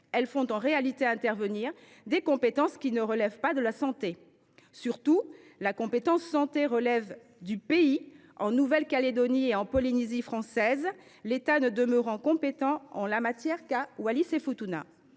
elles font en réalité intervenir des compétences qui ne relèvent pas de la santé. Surtout, la compétence santé relève du pays en Nouvelle Calédonie et en Polynésie française, l’État ne demeurant compétent en la matière qu’à Wallis et Futuna.